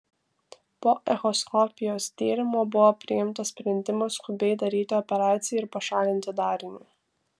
po echoskopijos tyrimo buvo priimtas sprendimas skubiai daryti operaciją ir pašalinti darinį